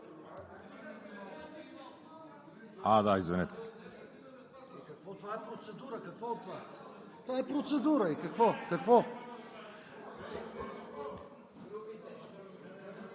А, да, извинете.